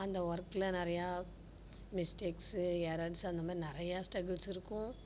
அந்த ஒர்கில் நிறையா மிஸ்டேக்ஸு எரர்ஸ் அந்த மாதிரி நிறையா ஸ்டகுல்ஸ் இருக்கும்